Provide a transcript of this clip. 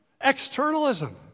externalism